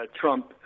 Trump